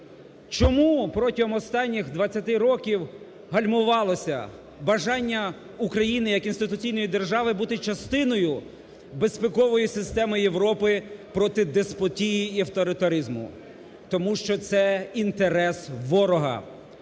Чому протягом останніх 20 років гальмувалося бажання України як інституційної держави бути частиною безпекової системи Європи проти деспотії і авторитаризму? Тому що це інтерес ворога,